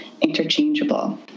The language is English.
interchangeable